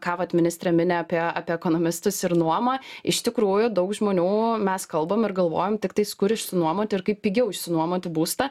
ką vat ministrė mini apie apie ekonomistus ir nuomą iš tikrųjų daug žmonių mes kalbam ir galvojam tiktais kur išsinuomoti ir kaip pigiau išsinuomoti būstą